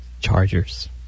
Chargers